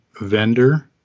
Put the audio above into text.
vendor